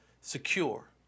secure